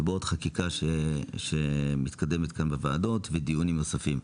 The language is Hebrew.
ובעוד חקיקה שמתקדמת כאן בוועדות ודיונים נוספים.